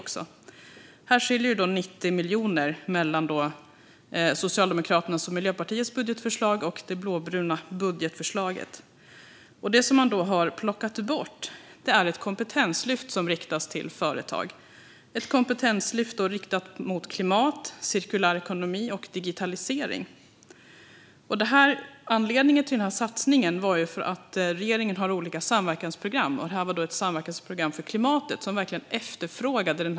Det skiljer 90 miljoner mellan Socialdemokraternas och Miljöpartiets budgetförslag och det blåbruna budgetförslaget. Det som man har plockat bort är ett kompetenslyft som riktas till företag. Det riktas mot klimat, cirkulär ekonomi och digitalisering. Anledningen till den satsningen var att regeringen har olika samverkansprogram, och det här var ett samverkansprogram för klimatet, vilket verkligen efterfrågas.